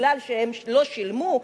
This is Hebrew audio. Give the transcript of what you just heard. כי הם לא שילמו,